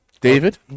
David